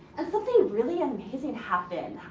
and something really amazing happened.